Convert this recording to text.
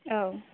औ